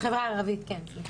בחברה הערבית כן, סליחה.